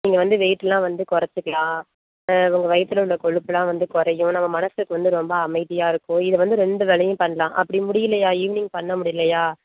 நீங்கள் வந்து வெயிட் எல்லாம் வந்து குறச்சிக்கலாம் உங்கள் வயித்தில் உள்ள கொழுப்பு எல்லாம் வந்து குறையும் நம்ம மனசுக்கு வந்து ரொம்ப அமைதியாக இருக்கும் இது வந்து ரெண்டு வேளையும் பண்ணலாம் அப்படி முடியலையா ஈவினிங் பண்ணமுடியலையா